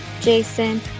jason